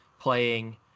playing